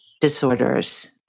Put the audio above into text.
disorders